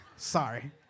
Sorry